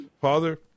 Father